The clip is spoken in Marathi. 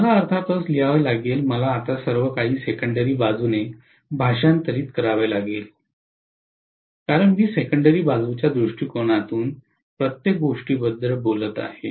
मला अर्थातच लिहावे लागेल मला आता सर्वकाही सेकंडेरी बाजूने भाषांतरित करावे लागेल कारण मी सेकंडेरी बाजूच्या दृष्टिकोनातून प्रत्येक गोष्टीबद्दल बोलत आहे